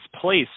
place